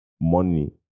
money